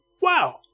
wow